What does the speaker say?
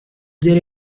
there